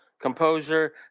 Composure